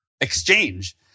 exchange